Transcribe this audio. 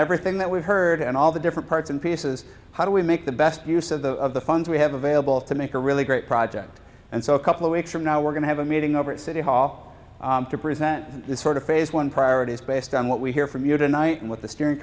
everything that we've heard and all the different parts and pieces how do we make the best use of the funds we have available to make a really great project and so a couple of weeks from now we're going to have a meeting over at city hall to present this sort of phase one priorities based on what we hear from you tonight and what the steering